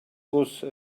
loose